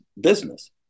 business